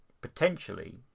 potentially